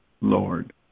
Lord